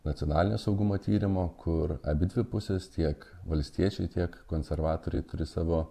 nacionalinio saugumo tyrimo kur abidvi pusės tiek valstiečiai tiek konservatoriai turi savo